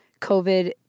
COVID